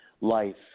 life